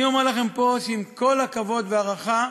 אני אומר לכם פה שעם כל הכבוד וההערכה,